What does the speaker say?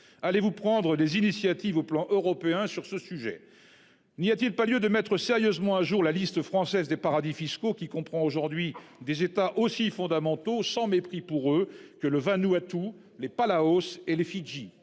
Allez-vous prendre des initiatives à l'échelon européen sur ce sujet ? N'y a-t-il pas lieu de mettre sérieusement à jour la liste française des paradis fiscaux, qui comprend aujourd'hui des États aussi fondamentaux- n'y voyez aucune marque de mépris de ma part -que le Vanuatu, les Palaos et les Fidji,